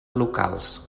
locals